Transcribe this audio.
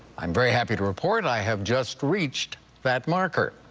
i'm very happy to report i have just reached that marker.